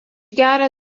gerą